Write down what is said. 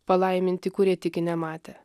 palaiminti kurie tiki nematę